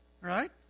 right